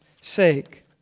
sake